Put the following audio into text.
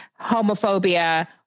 homophobia